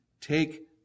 take